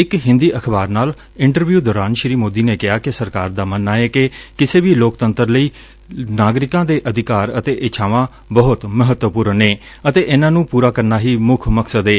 ਇਕ ਹਿੰਦੀ ਅਖਬਾਰ ਨਾਲ ਇੰਟਰਵਿਉ ਦੌਰਾਨ ਸ੍ਰੀ ਮੋਦੀ ਨੇ ਕਿਹਾ ਕਿ ਸਰਕਾਰ ਦਾ ਮੰਨਣਾ ਏ ਕਿ ਕਿਸੇ ਵੀ ਲੋਕਤੰਤਰ ਲਈ ਨਾਗਰਿਕਾਂ ਦੇ ਅਧਿਕਾਰ ਅਤੇ ਇੱਛਾਵਾਂ ਬਹੁਤ ਮੱਹਤਵਪੁਰਨ ਨੇ ਅਤੇ ਇਨਾਂ ਨੰ ਪੁਰਾ ਕਰਨਾ ਹੀ ਮੁੱਖ ਮਕਸਦ ਏ